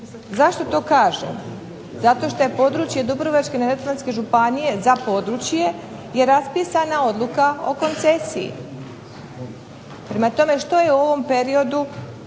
zašto to kažem? Zato što je područje Dubrovačko-neretvanske županije za područje je raspisana odluka o koncesiji, prema tome što je u ovom periodu